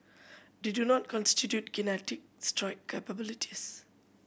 they do not constitute kinetic strike capabilities